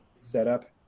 setup